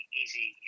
easy